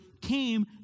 came